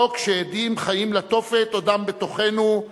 לא כשעדים חיים לתופת עודם בתוכנו,